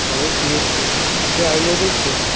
اَدٕ حظ ٹھیٖک چھُ چھِ ایٚویٚلیٚبٔل چھِ